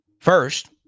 First